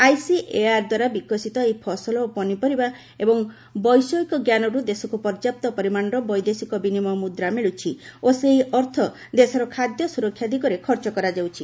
ଆଇସିଏଆର୍ଦ୍ୱାରା ବିକଶିତ ଏହି ଫସଲ ଓ ପନିପରିବା ଏବଂ ବୈଷୟିକ ଜ୍ଞାନର୍ ଦେଶକୁ ପର୍ଯ୍ୟାପ୍ତ ପରିମାଣର ବୈଦେଶିକ ବିନିମୟ ମୁଦ୍ରା ମିଳୁଛି ଓ ସେହି ଅର୍ଥ ଦେଶର ଖାଦ୍ୟ ସୁରକ୍ଷା ଦିଗରେ ଖର୍ଚ୍ଚ କରାଯାଉଛି